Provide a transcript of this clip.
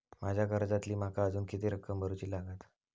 माझ्या कर्जातली माका अजून किती रक्कम भरुची लागात?